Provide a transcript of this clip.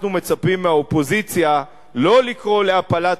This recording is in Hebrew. אנחנו מצפים מהאופוזיציה לא לקרוא להפלת